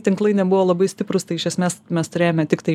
tinklai nebuvo labai stiprus tai iš esmės mes turėjome tiktai